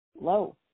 low